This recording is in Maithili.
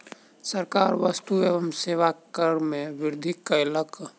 सरकार वस्तु एवं सेवा कर में वृद्धि कयलक